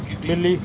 ਬਿੱਲੀ